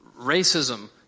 racism